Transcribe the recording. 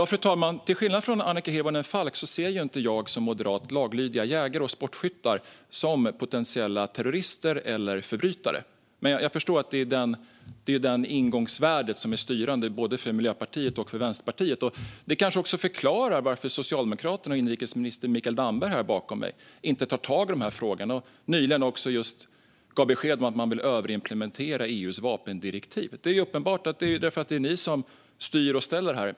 Fru talman! Till skillnad från Annika Hirvonen Falk ser inte jag som moderat laglydiga jägare och sportskyttar som potentiella terrorister eller förbrytare. Men jag förstår att det är detta ingångsvärde som är styrande för både Miljöpartiet och Vänsterpartiet. Det kanske också förklarar varför Socialdemokraterna och inrikesminister Mikael Damberg inte tar tag i dessa frågor och nyligen gav besked om att de vill överimplementera EU:s vapendirektiv. Det är uppenbart, eftersom det är ni som styr och ställer här.